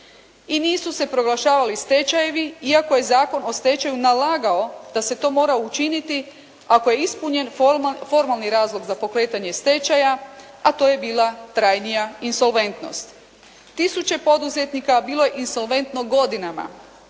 I nisu se proglašavali stečajevi iako je Zakon o stečaju nalagao da se to mora učiniti ako je ispunjen formalni razlog za pokretanje stečaja, a to je bila trajnija insolventnost. Tisuće poduzetnika bilo je insolventno godinama